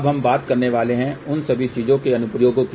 अब हम बात करने वाले हैं उन सभी चीजों के अनुप्रयोग की